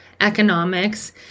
economics